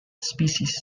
species